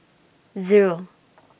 Zero